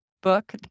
book